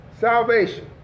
salvation